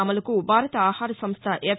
అమలుకు భారత ఆహార సంస్ల ఎఫ్